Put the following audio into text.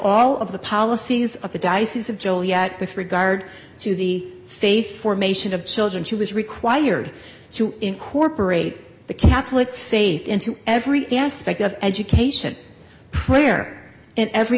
all of the policies of the diocese of joliet with regard to the faith formation of children she was required to incorporate the catholic faith into every aspect of education prayer in every